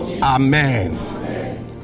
amen